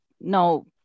no